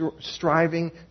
striving